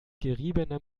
geriebenem